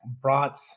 brought